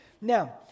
Now